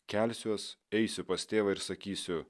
kelsiuos eisiu pas tėvą ir sakysiu